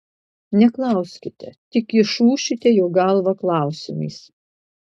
neklauskite tik išūšite jo galvą klausimais